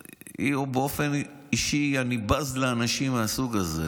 באופן אישי אני בז לאנשים מהסוג הזה,